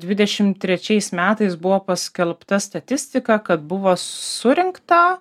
dvidešim trečiais metais buvo paskelbta statistika kad buvo surinkta